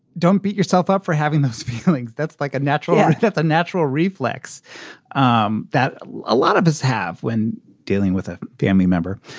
don't beat yourself up for having those feelings. that's like a natural death, a natural reflex um that a lot of us have when dealing with a family member.